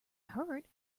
heard